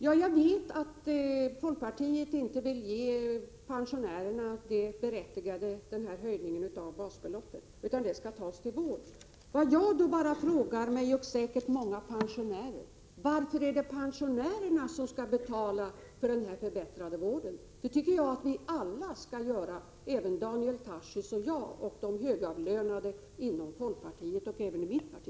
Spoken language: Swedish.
Jag vet att folkpartiet inte vill ge pensionärerna den berättigade höjningen av basbeloppet, utan dessa pengar skall ges till vården. Jag, och säkert många Ul Prot. 1987/88:102 pensionärer med mig, ställer då frågan: Varför är det pensionärerna som skall betala för den förbättrade vården? Det bör vi alla göra, även Daniel Tarschys, jag, de högavlönade inom folkpartiet och också inom mitt parti.